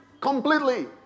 Completely